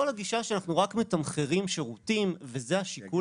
כל הגישה שאנחנו רק מתמחרים שירותים וזה השיקול